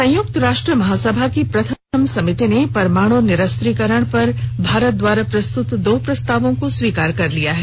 संयुक्त राष्ट्र महासभा की प्रथम समिति ने परमाणु निरस्त्रीकरण पर भारत द्वारा प्रस्तुंत दो प्रस्तावों को स्वीकार कर लिया है